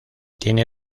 tiene